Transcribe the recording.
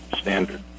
standard